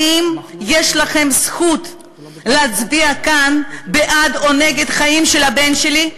האם יש לכם זכות להצביע כאן בעד או נגד החיים של הבן שלי?